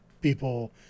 people